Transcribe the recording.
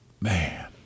man